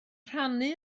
rhannu